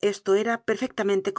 esto era perfectamente